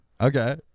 Okay